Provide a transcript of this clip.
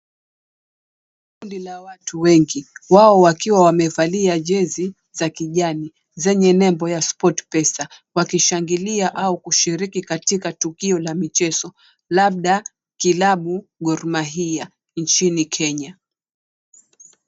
Kundi la watu wengi, wao wakiwa wamevalia jezi za kijani zenye nembo ya Sportpesa wakishangilia au kushiriki katika tukio la michezo, labda kilabu Gor Mahia nchini Kenya.